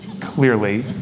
clearly